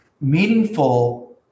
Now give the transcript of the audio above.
meaningful